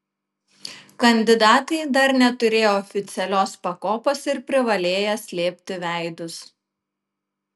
kandidatai dar neturėję oficialios pakopos ir privalėję slėpti veidus